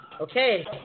Okay